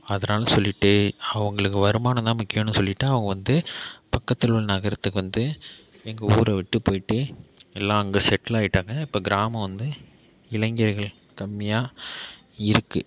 அதனால் சொல்லிட்டு அவர்களுக்கு வருமானம்தான் முக்கியம்னு சொல்லிட்டு அவங்க வந்து பக்கத்தில் உள்ள நகரத்துக்கு வந்து எங்கள் ஊரை விட்டு போய்ட்டு எல்லாம் அங்கே செட்டில் ஆயிட்டாங்க இப்போ கிராமம் வந்து இளைஞர்கள் கம்மியாக இருக்குது